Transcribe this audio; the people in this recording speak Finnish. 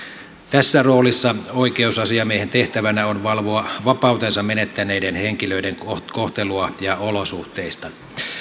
tässä roolissa oikeusasiamiehen tehtävänä on valvoa vapautensa menettäneiden henkilöiden kohtelua ja olosuhteita